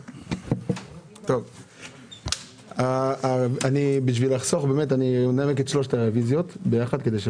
כדי לחסוך, אומר על שלוש הרביזיות יחד.